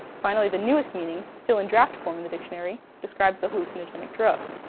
finally, the newest meaning still in draft form in the dictionary describes the hallucinogenic drug.